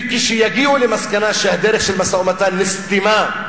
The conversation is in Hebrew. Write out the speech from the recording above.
וכשיגיעו למסקנה שהדרך של משא-ומתן נסתמה,